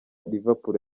liverpool